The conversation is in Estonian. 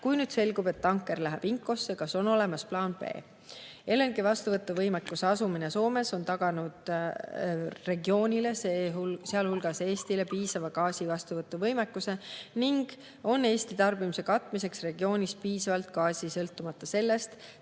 Kui nüüd selgub, et tanker läheb Inkoosse, kas on olemas plaan B?" LNG vastuvõtu võimekuse asumine Soomes on taganud regioonile, sealhulgas Eestile, piisava gaasi vastuvõtu võimekuse ning Eesti tarbimise katmiseks on regioonis piisavalt gaasi, sõltumata sellest,